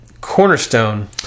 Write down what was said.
cornerstone